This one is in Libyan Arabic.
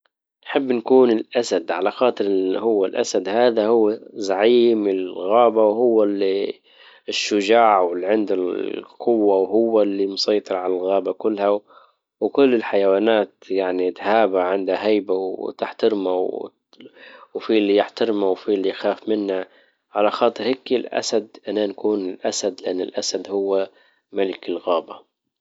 نحب نكون الاسد. على خاطر اللي هو الاسد هذا هو زعيم الغابة وهو اللي الشجاع واللي عند القوة وهو اللي مسيطر على الغابة كلها وكل الحيوانات يعني تهابه عنده هيبة وتحترمه. وفيه اللي يحترمه وفىه اللي يخاف منه، على خاطر هيك الاسد انا نكون الاسد لان الاسد هو ملك الغابة.